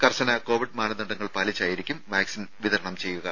കർശന കൊവിഡ് മാനദണ്ഡങ്ങ പാലിച്ചായിരിക്കും വാക്സിൻ വിതരണം ചെയ്യുക